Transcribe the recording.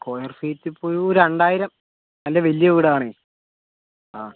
square ഫീറ്റിപ്പോൾ ഒരു രണ്ടായിരം നല്ല വലിയ വീടാണെങ്കിൽ ആ